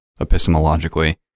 epistemologically